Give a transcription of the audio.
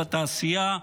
בתעשייה,